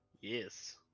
Yes